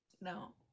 No